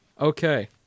Okay